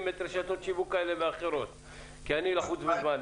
רשתות שיווק כאלה ואחרות כי אני לחוץ בזמן.